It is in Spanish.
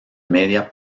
media